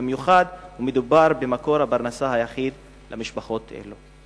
במיוחד משום שמדובר במקור הפרנסה היחיד למשפחות אלו?